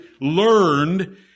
learned